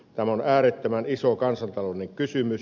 tämä on äärettömän iso kansantaloudellinen kysymys